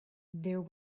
there